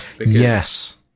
Yes